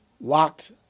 locked